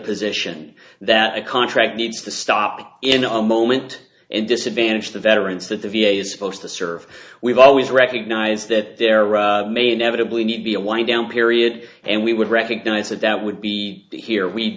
position that a contract needs to stop in a moment and disadvantage the veterans that the v a is supposed to serve we've always recognized that there are main evidently need be a wind down period and we would recognize that that would be here we